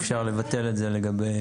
אפשר לבטל את זה לגבי-